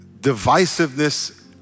divisiveness